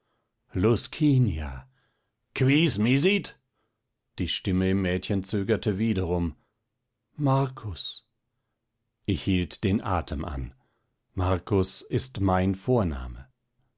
quis misit die stimme im mädchen zögerte wiederum markus ich hielt den atem an markus ist mein vorname